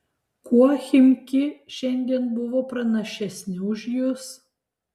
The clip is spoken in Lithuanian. kuo chimki šiandien buvo pranašesni už jus